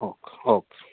okay okay